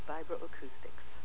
Vibroacoustics